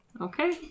Okay